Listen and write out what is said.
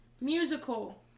Musical